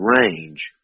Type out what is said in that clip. range